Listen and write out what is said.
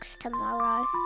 tomorrow